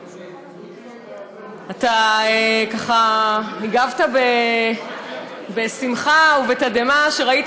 אתה, ככה, הגבת בשמחה ובתדהמה כשראית